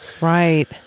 Right